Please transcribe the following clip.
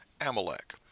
Amalek